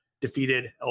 defeated